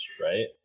right